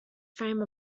frame